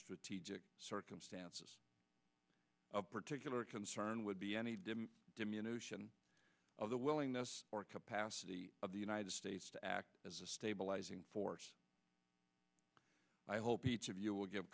strategic circumstances of particular concern would be any didn't diminish and of the willingness or capacity of the united states to act as a stabilizing force i hope each of you will give